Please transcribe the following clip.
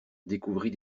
découvrit